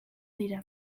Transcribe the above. dira